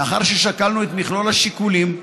לאחר ששקלנו את מכלול השיקולים,